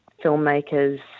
filmmakers